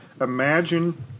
imagine